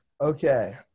Okay